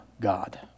God